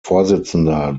vorsitzender